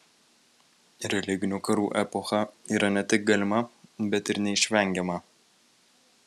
religinių karų epocha yra ne tik galima bet ir neišvengiama